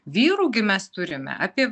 vyrų gi mes turime apie